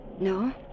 No